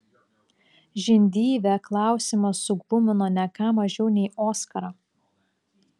žindyvę klausimas suglumino ne ką mažiau nei oskarą